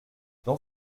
dans